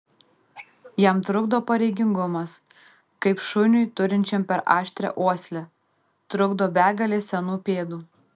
jam trukdo pareigingumas kaip šuniui turinčiam per aštrią uoslę trukdo begalė senų pėdų